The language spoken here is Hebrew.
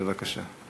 בבקשה.